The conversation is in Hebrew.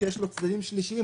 שיש לו צדדים שלישיים,